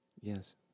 yes